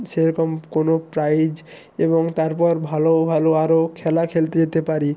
সেরকম কোনো প্রাইজ এবং তারপর ভালো ভালো আরো খেলা খেলতে যেতে পারি